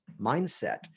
mindset